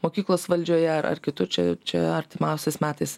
mokyklos valdžioje ar kitur čia čia artimiausiais metais